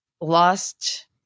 lost